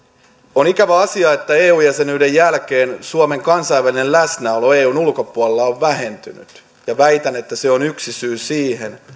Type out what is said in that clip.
on ikävä asia että eu jäsenyyden jälkeen suomen kansainvälinen läsnäolo eun ulkopuolella on vähentynyt ja väitän että se on yksi syy siihen